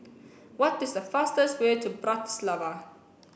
what is the fastest way to Bratislava